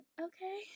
okay